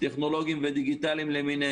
הקשיים הכלכליים שלהם מלכתחילה